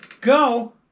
Go